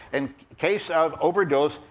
in case of overdose,